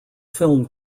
film